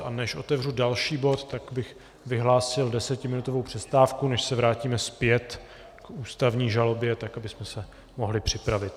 A než otevřu další bod, tak bych vyhlásil desetiminutovou přestávku, než se vrátíme zpět k ústavní žalobě, abychom se mohli připravit.